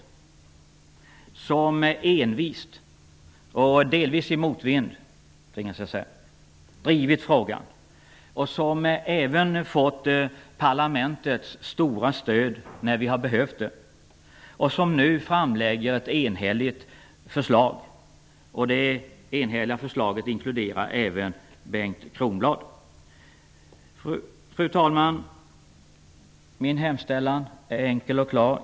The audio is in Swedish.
Utskottet har envist och delvis i motvind drivit frågan, men har även fått parlamentets stora stöd när det har behövts. Nu framlägger utskottet ett enhälligt förslag. Det enhälliga förslaget inkluderar även Bengt Fru talman! Min hemställan är enkel och klar.